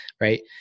right